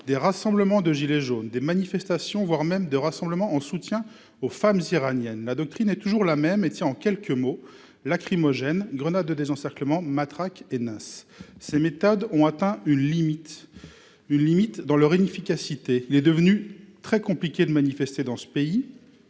des rassemblements de « gilets jaunes », des manifestations- voire des rassemblements -en soutien aux femmes iraniennes, la doctrine est toujours la même et tient en quelques mots : lacrymogènes, grenades de désencerclement, matraques et nasses. Ces méthodes, inefficaces, ont atteint leur limite. Il est devenu très compliqué de manifester dans ce pays.